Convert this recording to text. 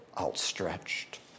outstretched